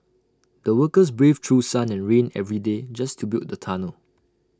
the workers braved through sun and rain every day just to build the tunnel